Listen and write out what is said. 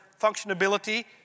functionability